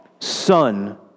Son